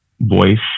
voice